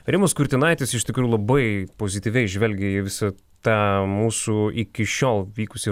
rimas kurtinaitis iš tikrųjų labai pozityviai žvelgia į visą tą mūsų iki šiol vykusį